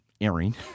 airing